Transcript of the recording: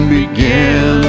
begin